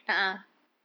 uh you lah